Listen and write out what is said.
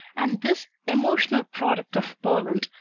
and this emotional product of poland,